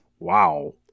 Wow